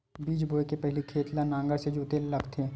बीज बोय के पहिली खेत ल नांगर से जोतेल लगथे?